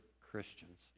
Christians